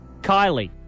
Kylie